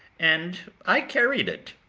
and i carried it,